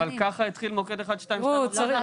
אבל ככה התחיל מוקד 1208 ואנחנו יודעים איך הוא היום.